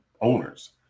owners